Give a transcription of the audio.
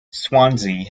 swansea